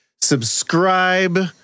Subscribe